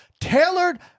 tailored